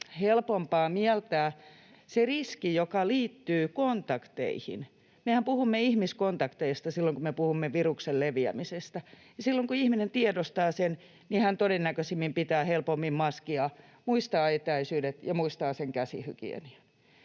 helpompaa mieltää se riski, joka liittyy kontakteihin — mehän puhumme ihmiskontakteista silloin, kun me puhumme viruksen leviämisestä — ja silloin kun ihminen tiedostaa sen, niin hän todennäköisimmin pitää helpommin maskia, muistaa etäisyydet ja muistaa sen käsihygienian.